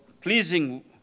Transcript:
pleasing